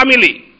family